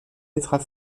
état